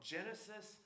Genesis